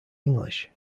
english